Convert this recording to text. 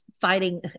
fighting